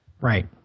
Right